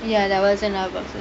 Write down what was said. ya there was enough of it